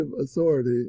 authority